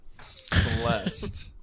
Celeste